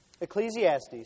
Ecclesiastes